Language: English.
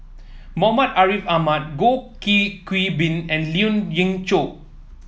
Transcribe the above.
Muhammad Ariff Ahmad Goh Qiu Bin and Lien Ying Chow